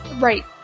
Right